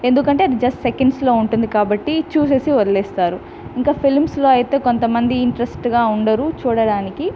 ఎందుకంటే అది జస్ట్ సెకండ్స్లో ఉంటుంది కాబట్టి చూసేసి వదిలేస్తారు ఇంకా ఫిల్మ్స్లో అయితే కొంతమంది ఇంట్రెస్ట్గా ఉండరు చూడడానికి